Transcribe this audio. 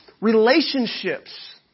Relationships